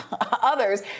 others